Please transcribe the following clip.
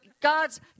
God's